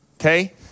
okay